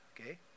Okay